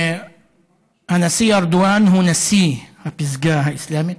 הנשיא ארדואן הוא נשיא הפסגה האסלאמית,